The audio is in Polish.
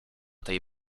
tej